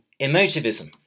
emotivism